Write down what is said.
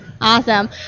Awesome